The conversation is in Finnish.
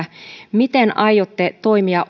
miten aiotte toimia